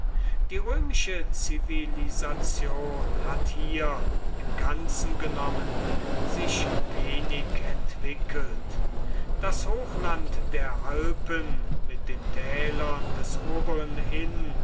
die römische zivilisation hat hier im ganzen genommen sich wenig entwickelt das hochland der alpen mit den tälern des oberen inn